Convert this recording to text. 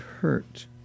hurt